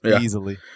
Easily